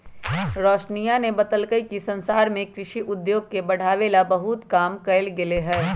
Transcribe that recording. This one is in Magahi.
रोशनीया ने बतल कई कि संसार में कृषि उद्योग के बढ़ावे ला बहुत काम कइल गयले है